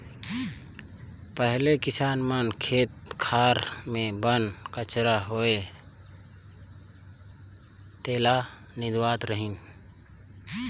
पहिले किसान मन खेत खार मे बन कचरा होवे तेला निंदवावत रिहन